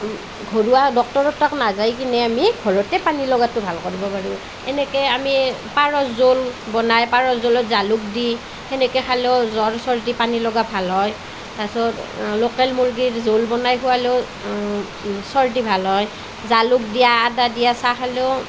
ঘৰুৱা ডক্টৰৰ তাত নাযাই কিনে আমি ঘৰতে পানী লগাটো ভাল কৰিব পাৰোঁ এনেকে আমি পাৰ জোল বনাই পাৰ জোলত জালুক দি সেনেকৈ খালেও জ্বৰ চৰ্দি পানী লগা ভাল হয় তাৰপাছত লোকেল মুৰ্গীৰ জোল বনাই খুৱালেও চৰ্দি ভাল হয় জালুক দিয়া আদা দিয়া চাহ খালেও